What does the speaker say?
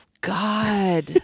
God